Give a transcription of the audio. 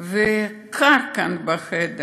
וקר כאן בחדר